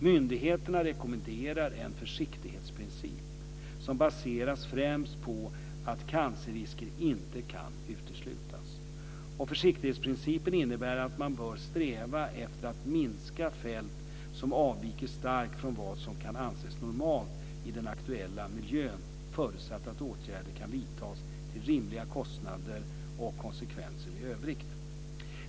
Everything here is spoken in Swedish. Myndigheterna rekommenderar en försiktighetsprincip som baseras främst på att cancerrisker inte kan uteslutas. Försiktighetsprincipen innebär att man bör sträva efter att minska fält som avviker starkt från vad som kan anses normalt i den aktuella miljön förutsatt att åtgärder kan vidtas till rimliga kostnader och konsekvenser i övrigt.